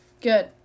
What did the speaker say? Good